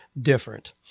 different